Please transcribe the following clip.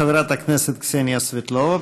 חברת הכנסת קסניה סבטלובה,